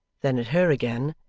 then at her again,